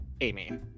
Amy